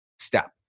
step